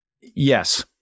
Yes